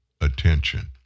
attention